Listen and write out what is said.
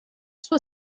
suo